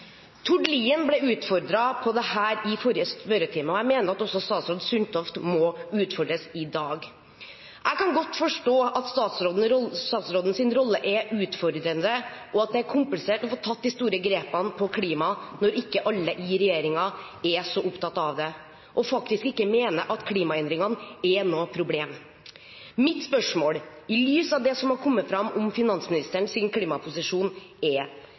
ble utfordret på dette i forrige spørretime, og jeg mener at også statsråd Sundtoft må utfordres i dag. Jeg kan godt forstå at statsrådens rolle er utfordrende, og at det er komplisert å få tatt de store grepene på klima når ikke alle i regjeringen er så opptatt av det, og faktisk ikke mener at klimaendringene er noe problem. Mitt spørsmål i lys av det som har kommet fram om finansministerens klimaposisjon, er: